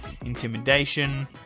intimidation